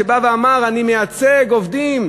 שאמר: אני מייצג עובדים,